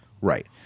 Right